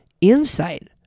insight